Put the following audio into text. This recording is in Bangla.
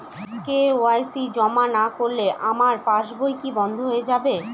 কে.ওয়াই.সি জমা না করলে আমার পাসবই কি বন্ধ হয়ে যাবে?